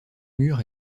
mûr